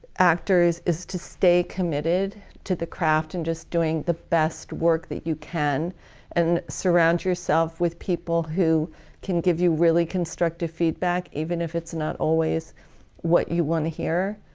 actors is to stay committed to the craft and just doing the best work that you can and surround yourself with people who give you really constructive feedback even if it's not always what you want to hear.